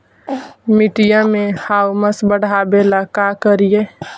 मिट्टियां में ह्यूमस बढ़ाबेला का करिए?